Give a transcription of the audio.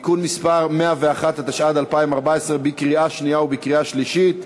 (תיקון מס' 101), קריאה שנייה וקריאה שלישית.